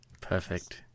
Perfect